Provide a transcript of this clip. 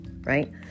right